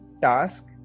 task